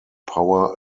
power